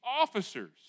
officers